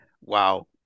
Wow